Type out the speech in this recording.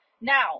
Now